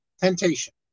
Temptation